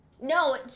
No